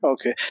Okay